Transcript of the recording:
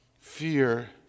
fear